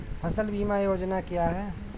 फसल बीमा योजना क्या है?